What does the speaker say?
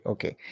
Okay